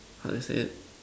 how do you say it